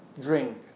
drink